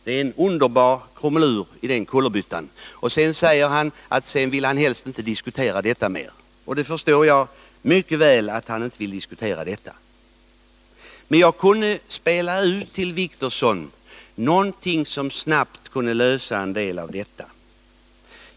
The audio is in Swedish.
Det är en underbar krumelur i den kullerbyttan. Sedan säger Åke Wictorsson att han helst inte vill diskutera detta mer. Jag förstår mycket väl att han inte vill diskutera detta. Men jag kunde spela ut till Åke Wictorsson någonting som snabbt kunde lösa en hel del av detta.